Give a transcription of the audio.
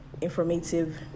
informative